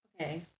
Okay